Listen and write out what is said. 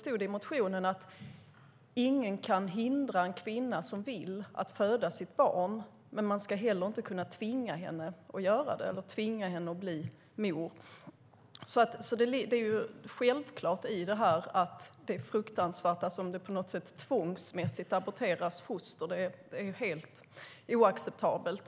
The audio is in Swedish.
I motionen stod det: Ingen kan hindra en kvinna som vill föda sitt barn, men man ska heller inte kunna tvinga henne att föda det och tvinga henne att bli mor. Det är självklart fruktansvärt om det på något sätt tvångsmässigt aborteras foster. Det är helt oacceptabelt.